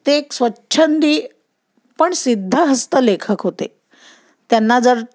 ते एक स्वच्छंदी पण सिद्धहस्त लेखक होते त्यांना जर